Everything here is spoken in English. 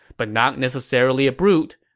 but not necessarily a brute,